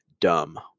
dumb